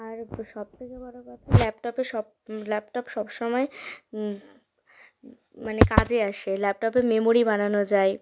আর সব থেকে বড়ো কথা ল্যাপটপে সব ল্যাপটপ সব সময় মানে কাজে আসে ল্যাপটপে মেমোরি বানানো যায়